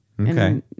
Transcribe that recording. Okay